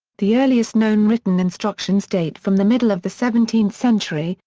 the earliest known written instructions date from the middle of the seventeenth century,